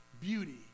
beauty